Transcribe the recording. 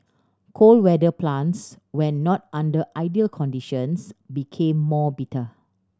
cold weather plants when not under ideal conditions become more bitter